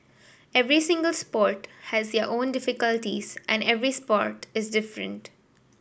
every single sport has their own difficulties and every sport is different